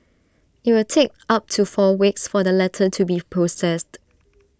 IT will take up to four weeks for the letter to be processed